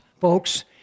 folks